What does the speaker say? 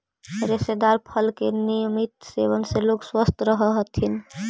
रेशेदार फल के नियमित सेवन से लोग स्वस्थ रहऽ हथी